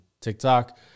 TikTok